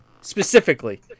specifically